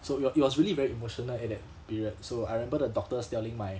so it was it was really very emotional at that period so I remember the doctors telling my